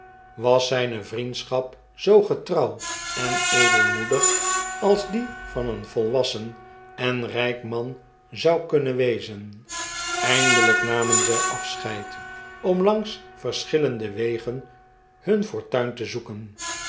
was zyne vriendschap zoo getrouw en edelmoedig als die van een volwassen en ryk man zou kunnen wezen eindelijk namen zif afscheid om langs verschilleiide wegen hun fortuin te zoeken